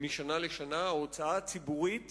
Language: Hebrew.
משנה לשנה, וההוצאה הציבורית